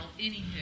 anywho